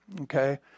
okay